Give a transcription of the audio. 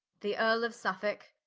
the earle of suffolke,